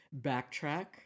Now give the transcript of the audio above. backtrack